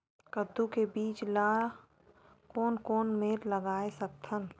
कददू के बीज ला कोन कोन मेर लगय सकथन?